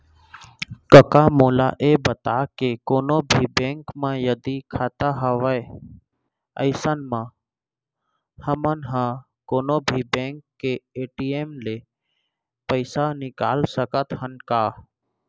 कका मोला ये बता के कोनों भी बेंक म यदि खाता हवय अइसन म हमन ह कोनों भी बेंक के ए.टी.एम ले पइसा निकाल सकत हन का?